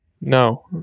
No